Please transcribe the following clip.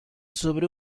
sobre